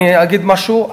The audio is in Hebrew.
אגיד משהו,